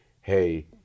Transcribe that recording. hey